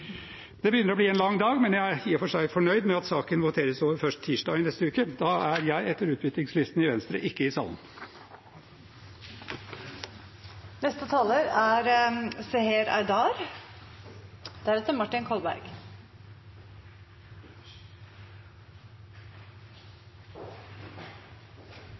Det begynner å bli en lang dag, men jeg er i og for seg fornøyd med at saken voteres over først tirsdag neste uke. Da er jeg etter utbyttingslisten i Venstre ikke i